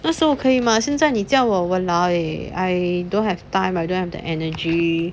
那时候可以嘛现在你叫我 !walao! eh I don't have time I don't have the energy